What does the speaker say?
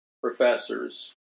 professors